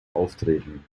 auftreten